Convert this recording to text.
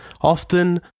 Often